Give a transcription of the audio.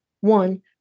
One